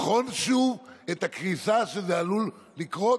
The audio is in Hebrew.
צריך להבין רק שמה שאני בדקתי